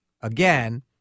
Again